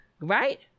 Right